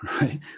right